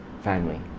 family